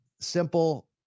simple